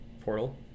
portal